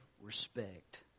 respect